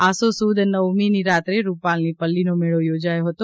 આસો સુદ નવમીની રાત્રે રૂપાલની પલ્લીનો મેળો યોજાયો હતો